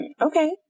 okay